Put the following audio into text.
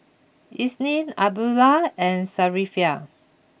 Isnin Abdullah and Safiya